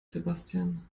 sebastian